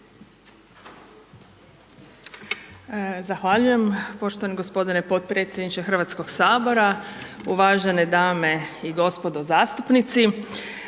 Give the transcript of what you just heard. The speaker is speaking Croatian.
Zahvaljujem poštovani g. potpredsjedniče Hrvatskog sabora, uvažene dame i gospodo zastupnici.